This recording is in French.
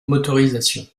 motorisations